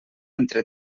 entre